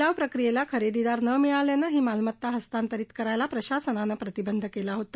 परंतू लिलाव प्रक्रियेला खरेदीदार न मिळाल्यानं ही मालमत्ता हस्तांतरीत करायला प्रशासनानं प्रतिबंध केला होता